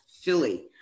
Philly